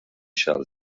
shall